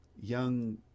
young